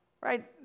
right